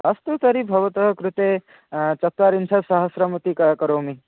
अस्तु तर्हि भवतः कृते चत्वारिंशत् सहस्रमपि कर् करोमि